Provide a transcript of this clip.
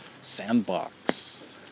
sandbox